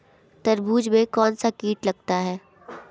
तरबूज में कौनसा कीट लगता है?